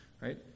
right